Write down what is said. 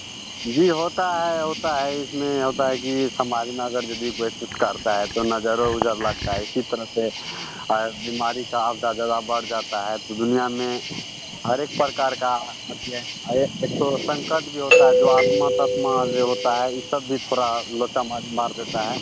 जी होता है होता है इसमें ये होता है की समाज में यदि कोई कुछ करता है तो नजरो ओजर लगता है इसी तरह से बीमारी का अवता ज़्यादा बढ़ जाता है तो दुनियाँ में हर एक प्रकार का समस्या है एक एक ठो संकट भी होता है जो आत्मा तात्मा जो होता है ई सब भी थोड़ा लोचा मार मार देता है